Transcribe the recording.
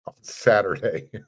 Saturday